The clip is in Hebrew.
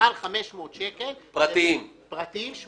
מעל 500 שקל יש